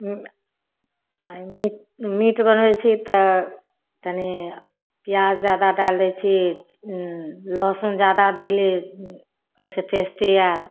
आओर मी मीट बनबै छी तऽ तनी पियाउज जादा डालि दै छी लहसुन जादा देली ओइसँ टेस्ट आयल